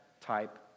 type